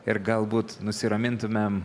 ir galbūt nusiramintumėm